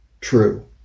true